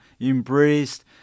embraced